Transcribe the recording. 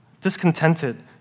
discontented